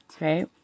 right